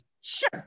sure